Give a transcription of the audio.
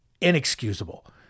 inexcusable